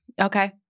Okay